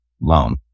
loan